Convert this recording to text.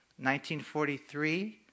1943